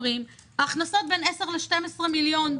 אומרים: ההכנסות הן בין 10 12 מיליון שקל.